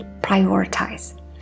Prioritize